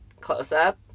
close-up